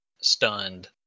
stunned